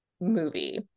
movie